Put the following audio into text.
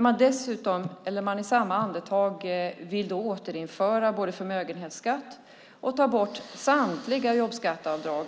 Man vill i samma andetag återinföra förmögenhetsskatt och ta bort samtliga jobbskatteavdrag.